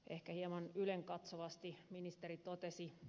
ehkä hieman ylenkatsovasti ministeri totesi